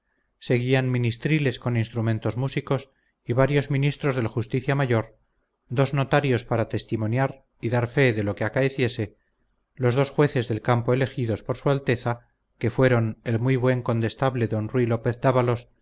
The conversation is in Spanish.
seguían ministriles con instrumentos músicos y varios ministros del justicia mayor dos notarios para testimoniar y dar fe de lo que acaeciese los dos jueces del campo elegidos por su alteza que fueron el muy buen condestable don ruy lópez